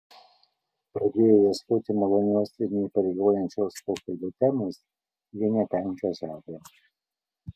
pradėję ieškoti malonios ir neįpareigojančios pokalbio temos jie netenka žado